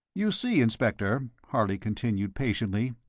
you see, inspector, harley continued, patiently,